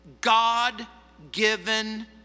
God-given